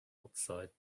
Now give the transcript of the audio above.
outside